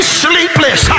sleepless